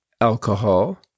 alcohol